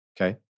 Okay